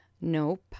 Nope